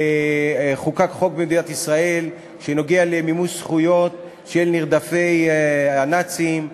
חוקק חוק במדינת ישראל שנוגע למימוש זכויות של נרדפי הנאצים,